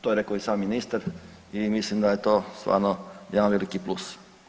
To je rekao i sam ministar i mislim da je to stvarno jedan veliki plus.